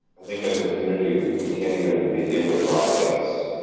i think as a community, we can't even begin to process